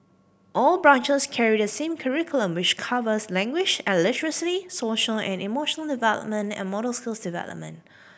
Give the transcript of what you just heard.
all branches carry the same curriculum which covers language and literacy social and emotional development and motor skills development